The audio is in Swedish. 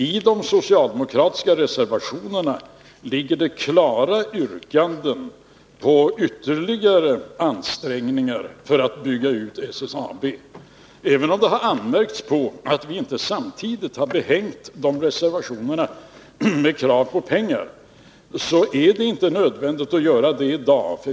I de socialdemokratiska reservationerna finns det klara yrkanden om ytterligare ansträngningar för att bygga ut SSAB. Det har anmärkts på att vi inte samtidigt har behängt dessa reservationer med krav på pengar. Det är inte nödvändigt att göra det i dag.